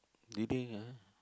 do you think ah